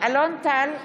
אלון טל,